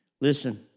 Listen